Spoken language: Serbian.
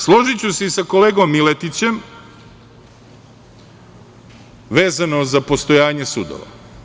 Složiću se i sa kolegom Miletićem, vezano za postojanje sudova.